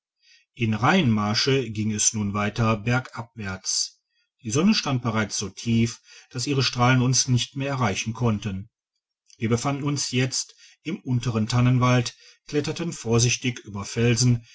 in reihenmarsch ging es nun weiter bergabwärts die sonne stand bereits so tief dass ihre strahlen uns nicht mehr erreichen konnten wir befanden uns jetzt im unteren tannenwald kletterten vorsichtig über felsen